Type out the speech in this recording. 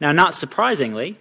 now not surprisingly